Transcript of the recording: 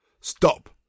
Stop